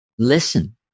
Listen